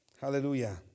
hallelujah